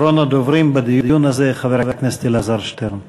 אחרון הדוברים בדיון הזה, חבר הכנסת אלעזר שטרן.